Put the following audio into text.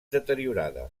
deteriorada